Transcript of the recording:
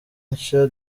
nshya